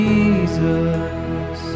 Jesus